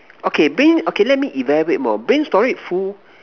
okay brain okay let me elaborate more brain storage full